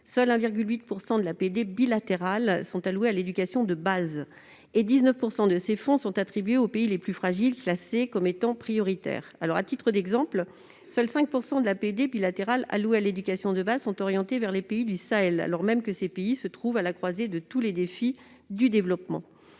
seulement 1,8 % de l'APD bilatérale est allouée à l'éducation de base et 19 % de ces fonds sont attribués aux pays les plus fragiles classés comme étant prioritaires. À titre d'exemple, seulement 5 % de l'APD bilatérale allouée à l'éducation de base est orientée vers les pays du Sahel, alors même que ces pays se trouvent à la croisée de tous les défis du développement.